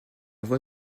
voie